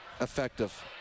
effective